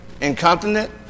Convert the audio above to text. incontinent